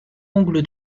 angle